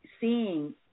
seeing